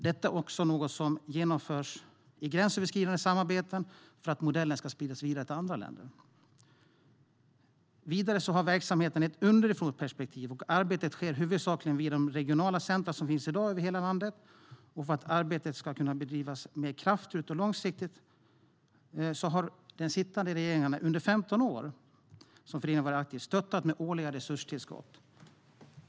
Detta är också något som genomförts i gränsöverskridande samarbeten för att modellen ska spridas vidare till andra länder. Vidare har verksamheten ett underifrånperspektiv, och arbetet sker huvudsakligen via de regionala centrum som i dag finns över hela landet. För att arbetet ska kunna bedrivas mer kraftfullt och långsiktigt har sittande regeringar under de 15 år som föreningen varit aktiv stöttat med årliga resurstillskott.